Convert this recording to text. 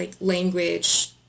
language